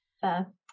Fair